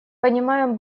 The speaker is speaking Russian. понимаем